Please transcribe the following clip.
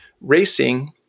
racing